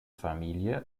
familie